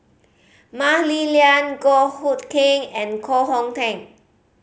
Mah Li Lian Goh Hood Keng and Koh Hong Teng